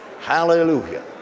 Hallelujah